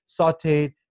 sauteed